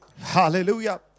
Hallelujah